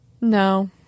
No